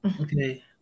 Okay